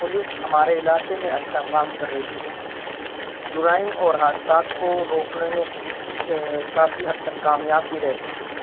police ہمارے علاقے میں اچھا کام کر رہی ہے جرائم اور حادثات کو روکنے میں کافی حد تک کامیاب بھی رہتی ہے